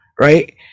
right